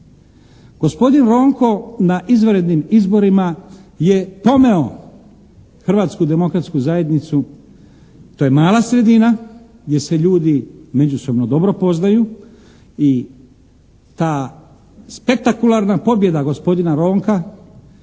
Gospodin Ronko na izvanrednim izborima je pomeo Hrvatsku demokratsku zajednicu. To je mala sredina gdje se ljudi međusobno poznaju i ta spektakularna pobjeda gospodina Ronka